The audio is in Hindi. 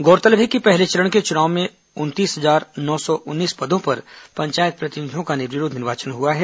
गौरतलब है कि पहले चरण के चुनाव में उनतीस हजार नौ सौ उन्नीस पदों पर पंचायत प्रतिनिधियों का निर्विरोध निर्वाचन हुआ है